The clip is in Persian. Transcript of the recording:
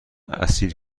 اسیر